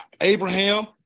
Abraham